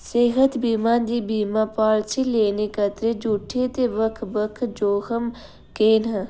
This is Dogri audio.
सेह्त बीमा दी बीमा पालसी लेने गितै जुड़े दे बक्ख बक्ख जोखम केह् न